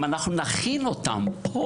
אם אנחנו נכין אותם פה